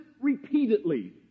repeatedly